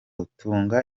gutanga